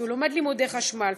כי הוא לומד לימודי חשמל,